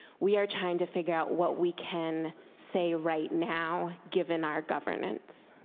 we are trying to figure out what we can say right now given our governance.